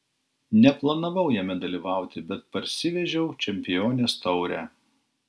neplanavau jame dalyvauti bet parsivežiau čempionės taurę